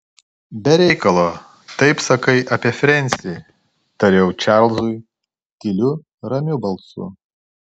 be reikalo taip sakai apie frensį tariau čarlzui tyliu ramiu balsu